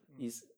mm